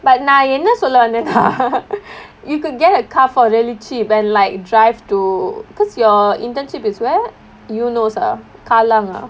but நான் என்ன சொல்ல வந்தேன்னா:naan enna solla vanthennaa you could get a car for really cheap and like drive to because your internship is where eunos ah kallang ah